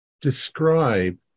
describe